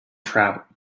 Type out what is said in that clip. trout